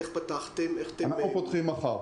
אנחנו פותחים מחר.